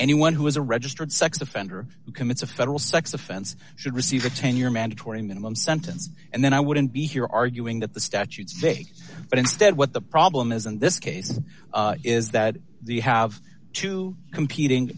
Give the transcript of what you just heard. anyone who is a registered sex offender who commits a federal sex offense should receive a ten year mandatory minimum sentence and then i wouldn't be here arguing that the statutes vague but instead what the problem is in this case is that you have two compet